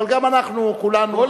אבל גם אנחנו כולנו,